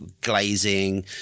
glazing